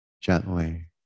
gently